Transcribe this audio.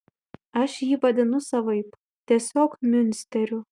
aš jį vadinu savaip tiesiog miunsteriu